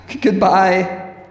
Goodbye